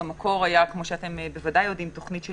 שבועיים קודם כי לוקח זמן עד שהאדם מעלה את הווירוסים ועד